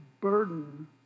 burden